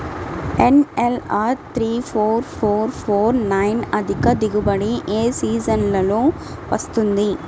NLR three four four four nine అధిక దిగుబడి ఏ సీజన్లలో వస్తుంది?